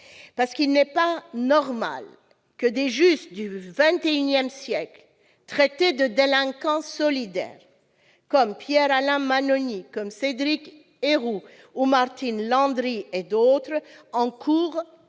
Il n'est pas normal que des Justes du XXI siècle, traités de délinquants solidaires, comme Pierre-Alain Mannoni, Cédric Herrou, Martine Landry et d'autres, encourent